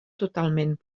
totalment